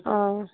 অঁ